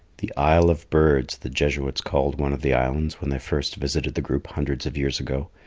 the isle of birds, the jesuits called one of the islands when they first visited the group hundreds of years ago,